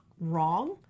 wrong